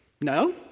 No